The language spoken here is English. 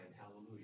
hallelujah